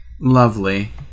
Lovely